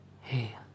Hey